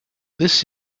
this